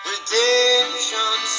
Redemption